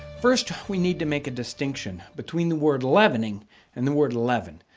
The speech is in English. first, we need to make a distinction between the word leavening and the word leaven.